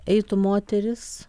eitų moterys